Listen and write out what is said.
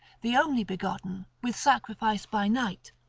the only-begotten, with sacrifice by night,